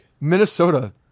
Minnesota